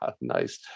Nice